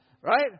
right